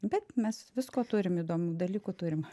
bet mes visko turim įdomių dalykų turim